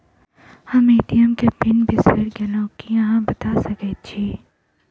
हम ए.टी.एम केँ पिन बिसईर गेलू की अहाँ बता सकैत छी?